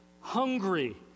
hungry